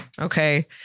Okay